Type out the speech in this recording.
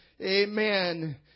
Amen